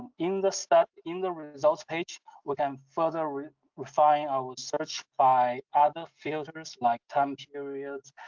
in the step, in the results page we can further refine our search by other filters like time periods,